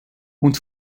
und